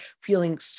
feeling